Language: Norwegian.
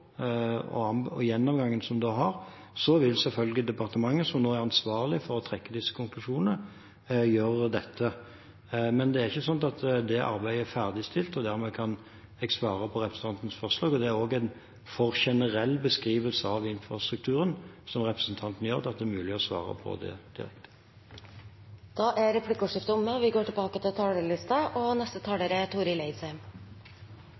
nå er ansvarlig for å trekke disse konklusjonene, gjøre det. Men det er ikke slik at dette arbeidet er ferdigstilt, slik at jeg kan svare på representantens forslag. Det er også en for generell beskrivelse av infrastrukturen som representanten gjør, til at det er mulig å svare på det. Replikkordskiftet er omme. De talerne som heretter får ordet, har også en taletid på inntil 3 minutter. Helse- og